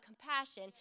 compassion